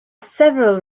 several